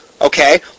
Okay